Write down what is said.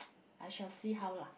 I shall see how lah